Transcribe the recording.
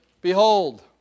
Behold